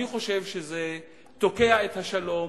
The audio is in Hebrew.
אני חושב שזה תוקע את השלום,